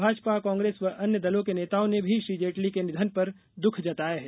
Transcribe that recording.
भाजपा कांग्रेस व अन्य दलों के नेताओं ने भी श्री जेटली के निधन पर दूःख जताया है